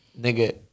nigga